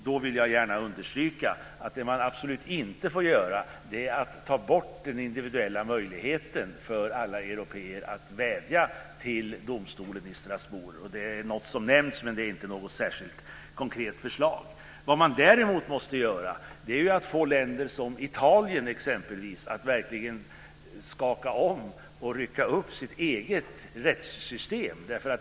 Då vill jag gärna understryka att det man absolut inte får göra är att ta bort den individuella möjligheten för alla européer att vädja till domstolen i Strasbourg. Det är något som nämns, men det är inte något särskilt konkret förslag. Vad man däremot måste göra är att få länder som Italien exempelvis att verkligen skaka om och rycka upp sitt eget rättssystem.